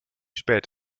spät